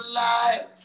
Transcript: life